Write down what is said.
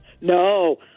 No